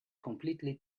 completely